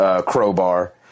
crowbar